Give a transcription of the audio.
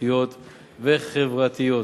תעסוקתיות וחברתיות.